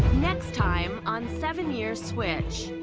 next time on seven year switch,